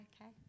Okay